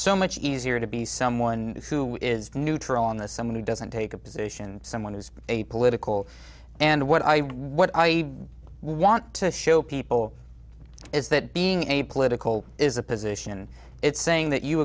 so much easier to be someone who is neutral on this someone who doesn't take a position someone who's a political and what i what i want to show people is that being a political is a position it's saying that you